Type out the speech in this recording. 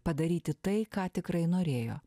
padaryti tai ką tikrai norėjo